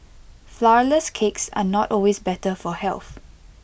Flourless Cakes are not always better for health